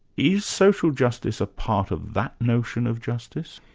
is social justice a part of that notion of justice?